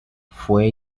fue